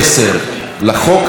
כנוסח הוועדה.